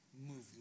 movement